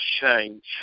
change